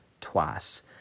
twice